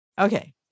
Okay